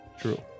True